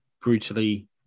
brutally